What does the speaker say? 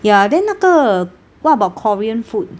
ya then 那个 what about korean food